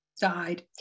died